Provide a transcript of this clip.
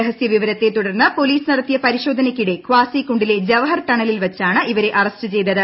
രഹസൃ വിവരത്തെ തുടർന്ന് പോലീസ് നടത്തിയ പരിശോധനയ്ക്കിടെ കാസി കുണ്ടിലെ ജവഹർ ടണലിൽ വച്ചാണ് ഇവരെ അറസ്റ്റ് ചെയ്തത്